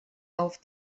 auf